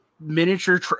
miniature